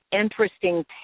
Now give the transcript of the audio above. interesting